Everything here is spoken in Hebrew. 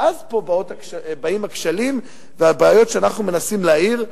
ואז פה באים הכשלים והבעיות שאנחנו מנסים להאיר.